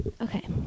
okay